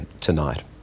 tonight